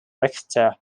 richter